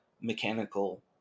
mechanical